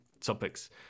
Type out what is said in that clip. topics